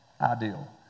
ideal